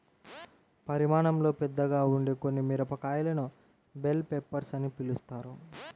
పరిమాణంలో పెద్దగా ఉండే కొన్ని మిరపకాయలను బెల్ పెప్పర్స్ అని పిలుస్తారు